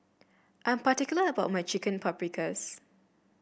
I'm particular about my Chicken Paprikas